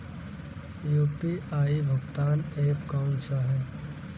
UPI भुगतान app कौन सा है?